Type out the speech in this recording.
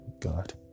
God